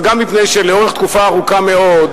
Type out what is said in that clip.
אבל גם מפני שלאורך תקופה ארוכה מאוד